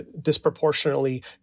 disproportionately